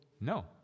No